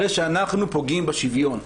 הרי שאנחנו פוגעים בשוויון.